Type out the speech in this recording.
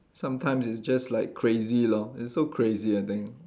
sometimes it's just like crazy lor it's so crazy I think